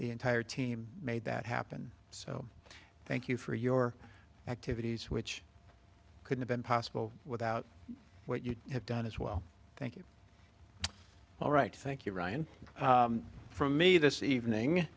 the entire team made that happen so thank you for your activities which could have been possible without what you have done as well thank you all right thank you ryan for me this